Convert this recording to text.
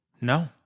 No